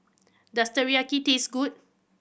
does Teriyaki taste good